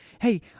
hey